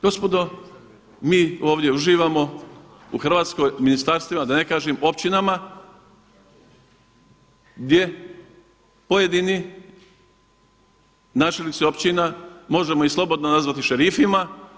Gospodo, mi ovdje uživamo u Hrvatskoj, u ministarstvima da ne kažem općinama gdje pojedini načelnici općina, možemo ih slobodno nazvati šerifima.